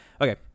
Okay